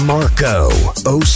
Marco